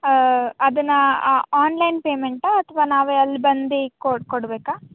ಅದನ್ನು ಆ ಆನ್ಲೈನ್ ಪೇಮೆಂಟಾ ಅಥವಾ ನಾವೇ ಅಲ್ಲಿ ಬಂದು ಕೊಡ್ ಕೊಡಬೇಕಾ